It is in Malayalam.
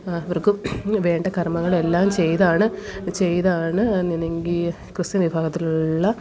അവർക്ക് വേണ്ട കർമ്മങ്ങളുമെല്ലാം ചെയ്താണ് ചെയ്താണ് ക്രിസ്തീയ വിഭാഗത്തിലുള്ള